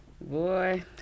Boy